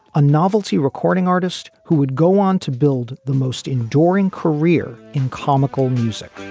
a novelty recording artist who would go on to build the most enduring career in comical music